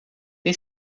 tem